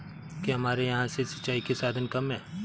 क्या हमारे यहाँ से सिंचाई के साधन कम है?